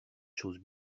choses